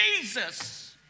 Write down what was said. Jesus